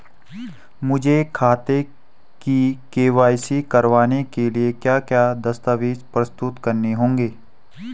मुझे खाते की के.वाई.सी करवाने के लिए क्या क्या दस्तावेज़ प्रस्तुत करने होंगे?